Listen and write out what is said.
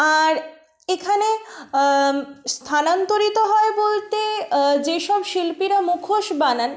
আর এখানে স্থানান্তরিত হয় বলতে যেসব শিল্পীরা মুখোশ বানান